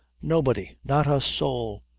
nobody not a soul.